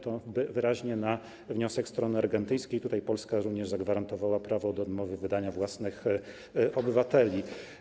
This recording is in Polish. To wyraźnie na wniosek strony argentyńskiej, a Polska tutaj również zagwarantowała sobie prawo do odmowy wydania własnych obywateli.